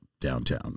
downtown